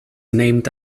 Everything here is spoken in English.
named